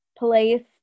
place